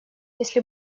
если